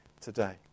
today